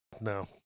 No